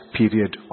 period